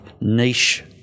niche